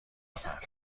نفهمیدم